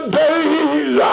days